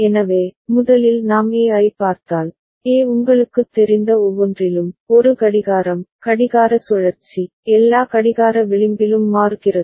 எனவே முதலில் நாம் A ஐப் பார்த்தால் A உங்களுக்குத் தெரிந்த ஒவ்வொன்றிலும் ஒரு கடிகாரம் கடிகார சுழற்சி எல்லா கடிகார விளிம்பிலும் மாறுகிறது